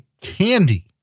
candy